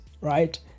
right